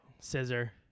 scissor